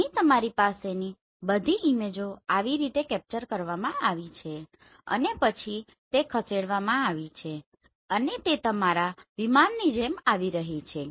અહીં તમારી પાસેની બધી ઈમેજો આવી રીતે કેપ્ચર કરવામાં આવી છે અને પછી તે ખસેડવામાં આવી છે અને તે તમારા વિમાનની જેમ આવી રહી છે